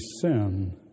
sin